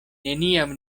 neniam